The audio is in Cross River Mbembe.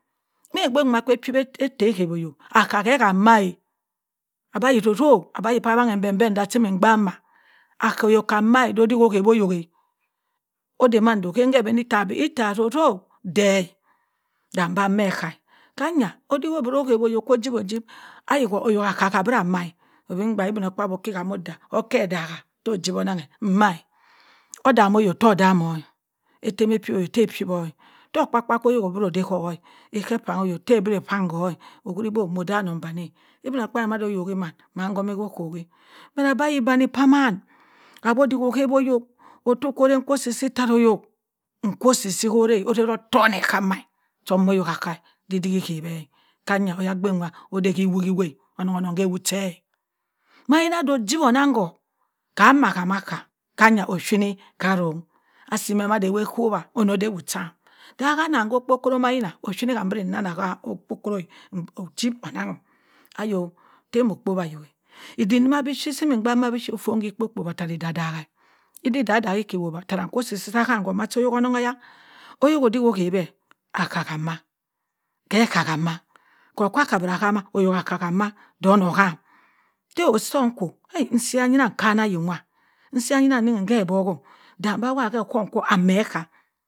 Ma obgh nwa ta ohawa oyok ka kẹ kama abi ayi ozuzu abi ayi da awng emben bẹ chim mbaak ma akka oyok ka ma no odik ọyawa ọyọk, odamando nam ke abani itta bi, itta ozuzu bhe-a bẹ bi a makẹ akkop manya odik obiro ohawa oyok ko ojiwa ojip ayi ko akka kabira amma obi mbaa kam ibinokpaabyi okamo obu okke odaake to ojiwa onnon kẹ, odami ohok too odam-o ettem ọ piwubu to opiwowbu to okpa-kpa cho ohok ọbiro da kowa ako opani oyok tta obiro opani ko-a owuri bo anoda annon danni-a ibinokpaabyi mada ohawi man kommi ko okowi danni pamaa kambi obik ohawa oyok oden ko osi si tarra oyok, nkwa osi-si ko ra otonni ekka-ma chawi oyok emma kka odi-dimi ohawe oyadinni nwa oda ka wagi wagi onnon ohami ewott chẹ ohohm kwa a mmakka.